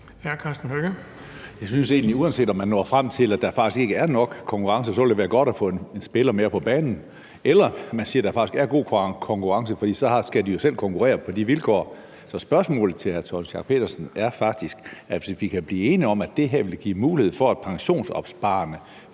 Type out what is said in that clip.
Jeg synes egentlig, at uanset om man når frem til, at der faktisk ikke er nok konkurrence, og at det så vil være godt at få en spiller mere på banen, eller om man siger, at der faktisk er god konkurrence, og derfor skal de selv konkurrere på de vilkår, er spørgsmålet til hr. Torsten Schack Pedersen faktisk – hvis vi kan blive enige om, at det her vil give mulighed for, at pensionsopsparerne